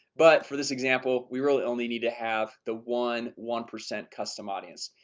but for this example, we really only need to have the one one percent custom audience.